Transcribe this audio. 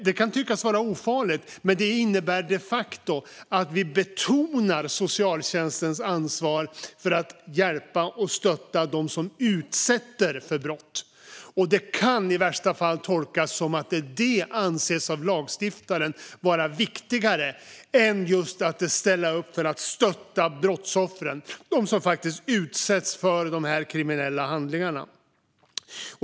Det kan tyckas vara ofarligt, men det innebär de facto att vi betonar socialtjänstens ansvar för att hjälpa och stötta dem som utsätter andra för brott. Det kan i värsta fall tolkas som att detta av lagstiftaren anses vara viktigare än att ställa upp för att stötta brottsoffren, som utsätts för de här kriminella handlingarna.